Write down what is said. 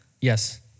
Yes